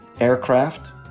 aircraft